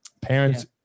parents